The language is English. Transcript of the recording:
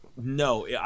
No